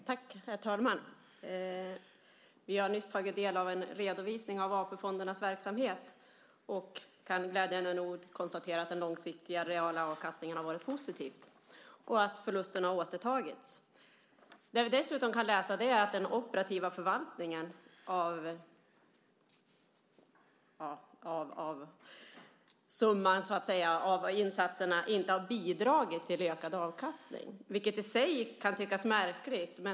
Herr talman! Vi har nyss tagit del av en redovisning av AP-fondernas verksamhet och kan, glädjande nog, konstatera att den långsiktiga reala avkastningen har varit positiv och att förlusterna har återtagits. Vad vi dessutom kan läsa är att den operativa förvaltningen så att säga av summan av insatserna inte har bidragit till en ökad avkastning, vilket i sig kan tyckas märkligt.